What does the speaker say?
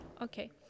Okay